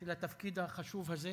של התפקיד החשוב הזה?